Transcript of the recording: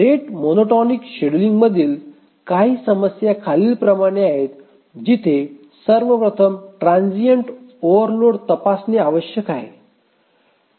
rate monotonic शेड्यूलिंगमधील काही समस्या खालीलप्रमाणे आहेत जिथे सर्वप्रथम ट्रान्झिएंट ओव्हरलोड तपासणे आवश्यक आहे